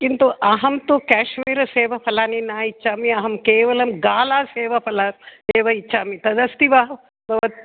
किन्तु अहं तु काश्मीरसेवफलानि न इच्छामि अहं केवलं गालासेवफलम् एव इच्छामि तदस्ति वा भवत्